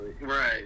right